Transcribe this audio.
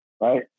right